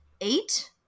eight